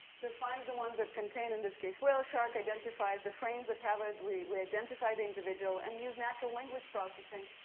so, it finds the ones that contain, in this case, whale shark, identifies the frames of habit. we identify the individual and use natural language processing